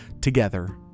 together